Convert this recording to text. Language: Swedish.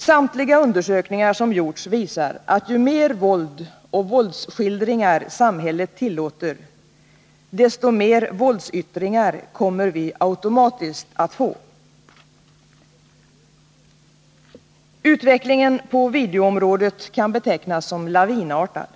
Samtliga undersökningar som gjorts visar att ju mer våld och våldsskildringar samhället tillåter, desto mer våldsyttringar kommer vi automatiskt att få. Utvecklingen på videoområdet kan betecknas som lavinartad.